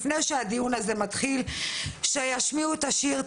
לפני שהדיון הזה מתחיל שישמיעו את השיר,